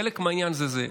חלק מהעניין זה זה.